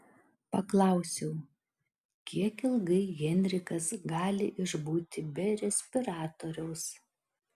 paklausiau kiek ilgai henrikas gali išbūti be respiratoriaus